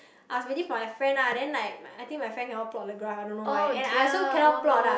I was waiting for my friend lah then like my I think my friend cannot plot the graph I don't know why and I also cannot plot lah